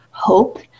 hope